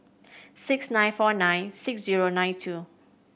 six nine four nine six zero nine two